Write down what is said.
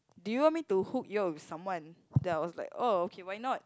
do you want me to hook you up with someone then I was like orh okay why not